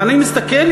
ואני מסתכל,